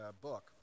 book